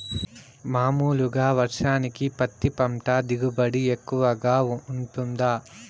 మామూలుగా వర్షానికి పత్తి పంట దిగుబడి ఎక్కువగా గా వుంటుందా?